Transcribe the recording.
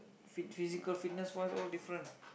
fit~ physical fitness wise all different